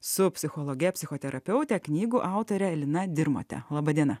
su psichologe psichoterapeute knygų autorė lina dirmote laba diena